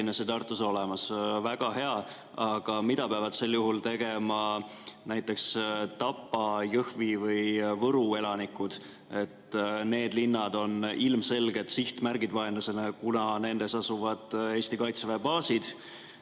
ja Tartus olemas. Väga hea. Aga mida peavad sel juhul tegema näiteks Tapa, Jõhvi või Võru elanikud? Need linnad on ilmselged sihtmärgid vaenlasele, kuna nendes asuvad Eesti Kaitseväe baasid.